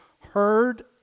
heard